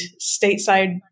stateside